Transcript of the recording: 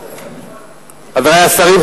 חברי השרים,